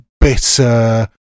bitter